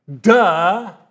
Duh